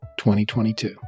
2022